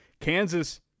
Kansas